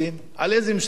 על איזו ממשלה נדבר,